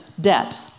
debt